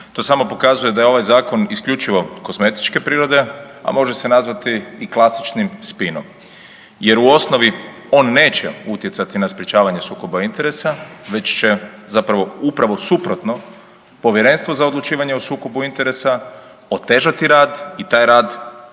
To samo pokazuje da je ovaj zakon isključivo kozmetičke prirode, a može se nazvati i klasičnim spinom jer u osnovi on neće utjecati na sprječavanje sukoba interesa već će zapravo upravo suprotno Povjerenstvo za odlučivanje o sukobu interesa otežati rad i taj rad u